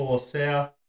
South